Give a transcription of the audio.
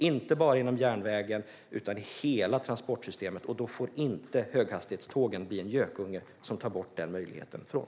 Då behövs inte bara järnvägen utan hela transportsystemet. Då får inte höghastighetstågen bli en gökunge som tar bort den möjligheten.